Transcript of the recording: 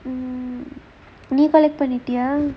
mmhmm நீ:nee collect பண்ணிடயா:pannitayaa